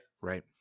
Right